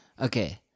Okay